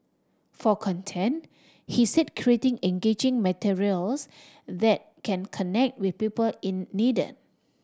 for content he said creating engaging materials that can connect with people in needed